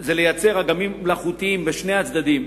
זה לייצר אגמים מלאכותיים בשני הצדדים,